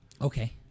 Okay